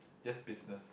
just business